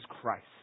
Christ